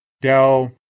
Dell